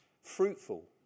fruitful